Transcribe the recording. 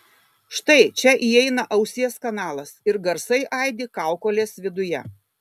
štai čia įeina ausies kanalas ir garsai aidi kaukolės viduje